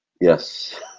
Yes